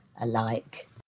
alike